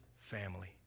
family